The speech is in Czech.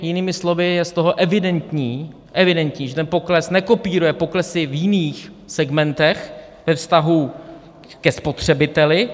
Jinými slovy, je z toho evidentní evidentní že ten pokles nekopíruje poklesy v jiných segmentech ve vztahu ke spotřebiteli.